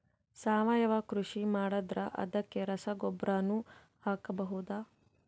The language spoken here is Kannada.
ಸಾವಯವ ಕೃಷಿ ಮಾಡದ್ರ ಅದಕ್ಕೆ ರಸಗೊಬ್ಬರನು ಹಾಕಬಹುದಾ?